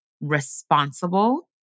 responsible